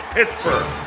Pittsburgh